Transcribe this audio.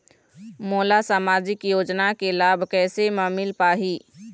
मोला सामाजिक योजना के लाभ कैसे म मिल पाही?